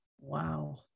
Wow